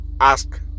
ask